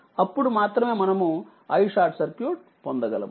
అప్పుడు మాత్రమేమనము iSC పొందగలము